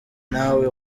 ntawe